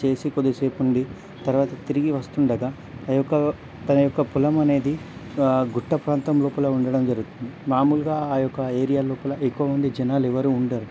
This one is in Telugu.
చేసి కొద్దిసేపు ఉండి తర్వాత తిరిగి వస్తుండగా ఆ యొక్క తన యొక్క పొలం అనేది గుట్ట ప్రాంతం లోపల ఉండడం జరుగుతుంది మాములుగా ఆ యొక్క ఏరియా లోపల ఎక్కువ మంది జనాలు ఎవ్వరు ఉండరు